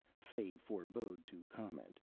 fay forbore to comment.